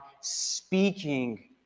speaking